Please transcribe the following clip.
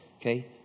Okay